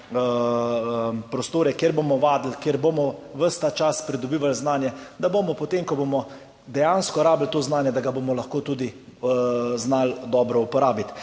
prostore, kjer bomo vadili, kjer bomo ves ta čas pridobivali znanje, da ga bomo, potem ko bomo dejansko rabili to znanje, znali dobro uporabiti.